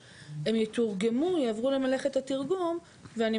את המידע באופן שהם יקבלו ויוכלו להסתמך עליו וללמוד